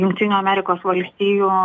jungtinių amerikos valstijų